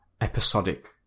episodic